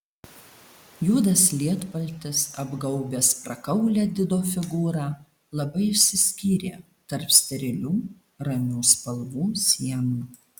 juodas lietpaltis apgaubęs prakaulią dido figūrą labai išsiskyrė tarp sterilių ramių spalvų sienų